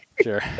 sure